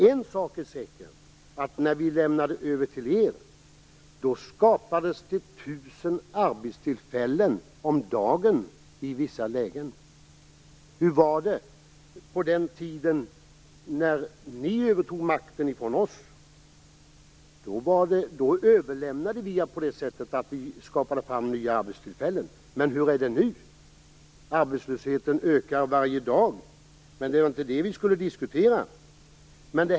En sak är säker, och det är att när vi lämnade över till er skapades det 1 000 arbetstillfällen om dagen i vissa lägen. Men hur är det nu? Arbetslösheten ökar varje dag, men det var inte det vi skulle diskutera.